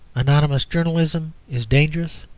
anonymous journalism is dangerous,